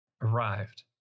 arrived